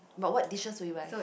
but what dishes would you buy